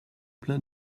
plein